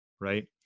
right